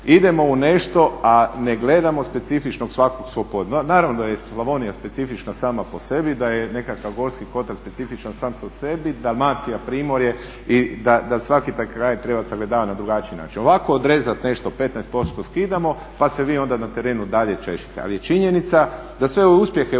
idemo u nešto a ne gledamo specifičnog svakog svog. Naravno da je Slavonija specifična sama po sebi, da je nekakav Gorski kotar specifičan sam sebi, Dalmacija, Primorje i da svaki taj kraj treba sagledavati na drugačiji način. Ovako odrezati nešto 15% skidamo, pa se vi onda na terenu dalje češite. Ali je činjenica da sve ove uspjehe